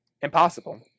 impossible